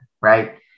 right